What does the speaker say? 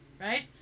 right